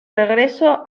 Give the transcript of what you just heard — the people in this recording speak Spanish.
regreso